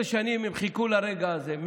12 שנים הם חיכו לרגע הזה.